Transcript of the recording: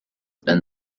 been